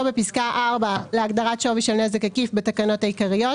בפסקה (4) להגדרת "שווי של נזק עקיף" בתקנות העיקריות,